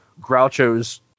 Groucho's